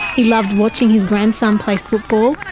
he loved watching his grandson play football,